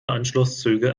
anschlusszüge